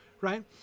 right